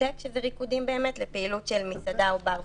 דיסקוטק שם יש ריקודים לפעיות של מסעדה או בר ופאב.